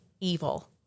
evil